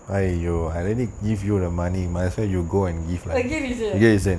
again is in ya